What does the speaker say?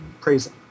praising